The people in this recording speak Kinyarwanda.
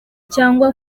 cyangwa